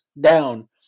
down